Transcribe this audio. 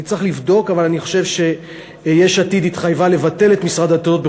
אני צריך לבדוק אבל אני חושב שיש עתיד התחייבה לבטל את משרד הדתות.